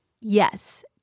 Yes